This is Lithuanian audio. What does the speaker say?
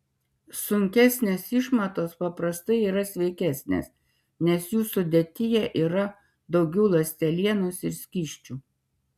sunkesnės išmatos paprastai yra sveikesnės nes jų sudėtyje yra daugiau ląstelienos ir skysčių